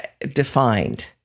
Defined